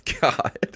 God